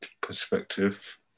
perspective